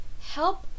help